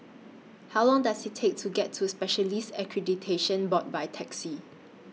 How Long Does IT Take to get to Specialists Accreditation Board By Taxi